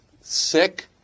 sick